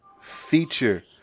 feature